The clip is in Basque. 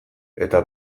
eta